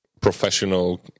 professional